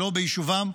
שלא ביישובם,